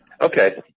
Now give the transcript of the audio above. okay